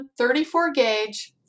34-gauge